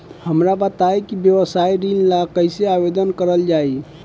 हमरा बताई कि व्यवसाय ऋण ला कइसे आवेदन करल जाई?